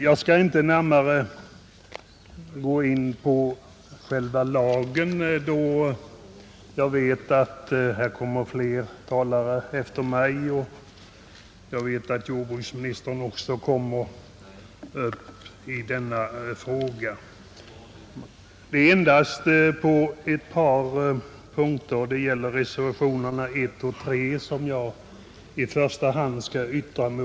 Jag skall inte närmare gå in på den nya lagens innehåll, då jag vet att det kommer fler talare efter mig och att jordbruksministern också tänker yttra sig i denna fråga. Det är endast beträffande reservationerna 1 och 3 som jag skall be att få säga några ord.